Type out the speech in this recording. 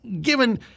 given